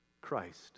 Christ